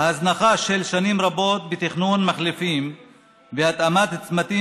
ההזנחה של שנים רבות בתכנון מחלפים והתאמת צמתים